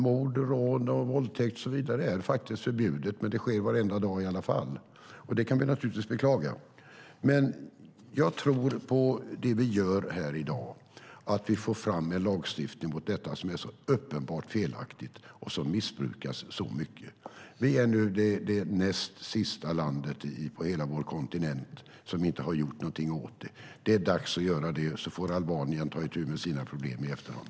Mord, rån och våldtäkt är faktiskt sådant som är förbjudet, men det sker varenda dag i alla fall, och det kan vi naturligtvis beklaga. Jag tror på det vi nu gör för att få fram en lagstiftning om detta som är så uppenbart felaktigt och missbrukas så mycket. Vi är det näst sista landet på hela vår kontinent som inte har gjort någonting åt detta. Det är dags att göra något, så får Albanien ta itu med sina problem efteråt.